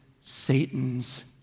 Satan's